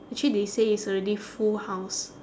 actually they say it's already full house